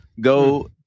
Go